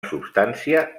substància